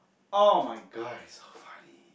[oh]-my-god it's so funny